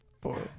Four